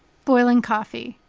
boiling coffee.